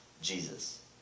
Jesus